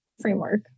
framework